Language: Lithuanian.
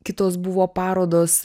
kitos buvo parodos